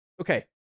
Okay